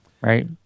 right